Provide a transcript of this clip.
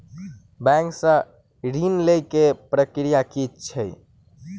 Bank सऽ ऋण लेय केँ प्रक्रिया की छीयै?